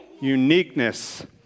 Uniqueness